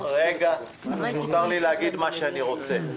רגע, מותר לי להגיד מה שאני רוצה.